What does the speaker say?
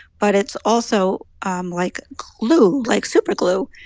but it's also um like glue, like super glue.